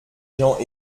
gens